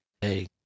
hey